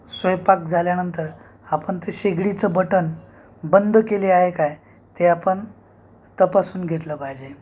स्वयंपाक झाल्यानंतर आपण ते शेगडीचं बटन बंद केले आहे काय ते आपण तपासून घेतलं पाहिजे